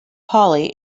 polly